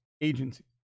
agencies